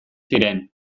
ziren